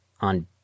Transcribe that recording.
on